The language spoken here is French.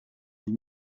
des